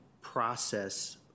process